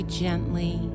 gently